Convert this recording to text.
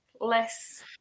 less